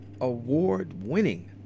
award-winning